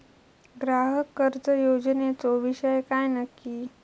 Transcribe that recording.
ग्राहक कर्ज योजनेचो विषय काय नक्की?